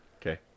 Okay